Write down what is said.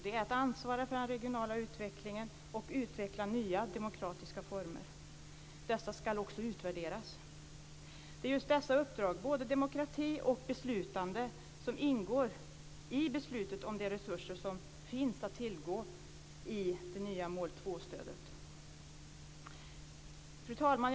Det är att ansvara för den regionala utvecklingen och utveckla nya demokratiska former. Dessa ska också utvärderas. Det är just dessa uppdrag, både demokrati och beslutande, som ingår i beslutet om de resurser som finns att tillgå i det nya mål 2-stödet. Fru talman!